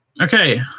Okay